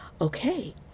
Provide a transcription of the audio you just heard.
Okay